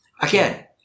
again